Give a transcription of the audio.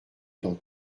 dans